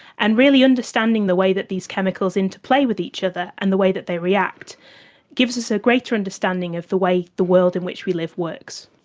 and really understanding the way that these chemicals interplay with each other and the way that they react gives us a greater understanding of the way the world in which we live works.